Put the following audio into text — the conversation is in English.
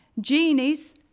Genies